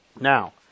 Now